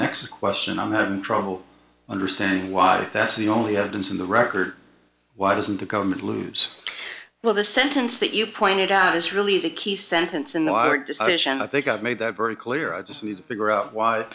next question i'm having trouble understanding why that's the only evidence in the record why doesn't the government lose well the sentence that you pointed out is really the key sentence in the right decision i think i've made that very clear i just need to figure out why